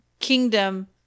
Kingdom